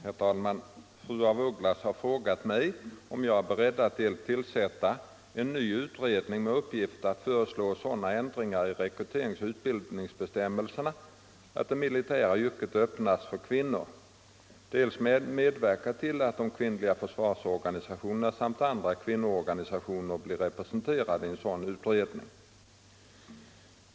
Herr talman! Fru af Ugglas har frågat mig om jag är beredd att dels tillsätta en ny utredning med uppgift att föreslå sådana ändringar i rekryteringsoch utbildningsbestämmelser att det militära yrket öppnas för kvinnor, dels medverka till att de kvinnliga försvarsorganisationerna samt andra kvinnoorganisationer blir representerade i en sådan utredning.